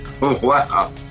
Wow